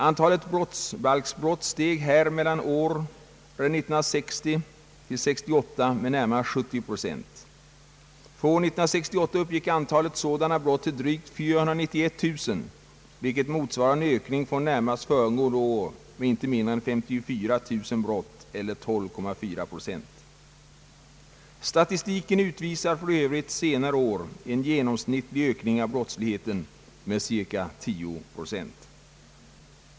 Antalet brottsbalksbrott steg här mellan åren 1960 och 1968 med närmare 70 procent. För år 1968 uppgick antalet sådana brott till drygt 491 000, vilket motsvarar en ökning från närmast föregående år med inte mindre än 54 000 brott eller 12,4 procent. Statistiken utvisar för övrigt senare år en genomsnittlig ökning av brottsligheten med cirka 10 procent.